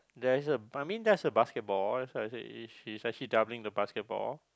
there's a I mean there's a basketball that's what I said he's actually dabbling the basketball